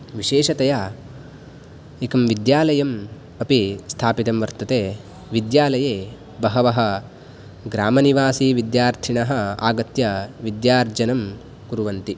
विशेषतया एकं विद्यालयम् अपि स्थापितं वर्तते विद्यालये बहवः ग्रामनिवासीविद्यार्थिनः आगत्य विद्यार्जनं कुर्वन्ति